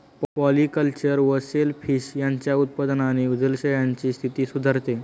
polyculture व shellfish यांच्या उत्पादनाने जलाशयांची स्थिती सुधारते